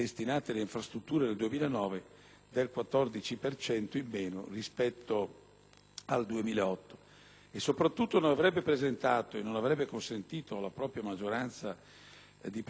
al 2008. Soprattutto, il Governo non avrebbe presentato, e non avrebbe consentito alla propria maggioranza di presentare in Aula e in Commissione, degli emendamenti che nulla hanno a che vedere con questo decreto